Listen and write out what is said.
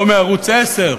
לא מערוץ 10,